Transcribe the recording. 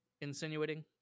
insinuating